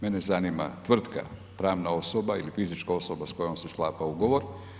Mene zanima tvrtka, pravna osoba i fizička osoba s kojom se sklapa ugovor.